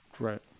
Right